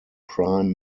prime